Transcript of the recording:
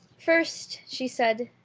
first, she said,